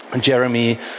Jeremy